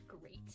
great